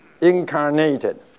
incarnated